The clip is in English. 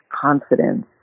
confidence